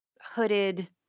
hooded